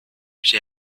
she